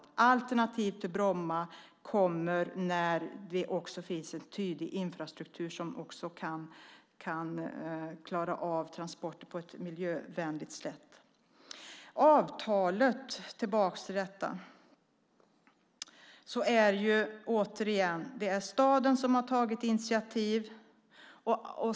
Alternativ till Bromma kommer när det också finns en tydlig infrastruktur som kan klara av transporter på ett miljövänligt sätt. Låt mig gå tillbaka till avtalet. Det är staden som har tagit initiativ.